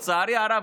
לצערי הרב,